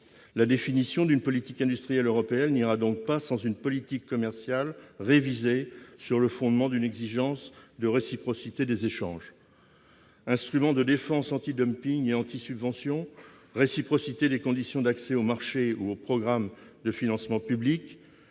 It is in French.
La définition d'une politique industrielle européenne n'ira donc pas sans une politique commerciale révisée sur le fondement d'une exigence de réciprocité des échanges. Instruments de défense antidumping et antisubventions, réciprocité des conditions d'accès aux marchés ou aux programmes de financements publics,